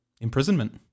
imprisonment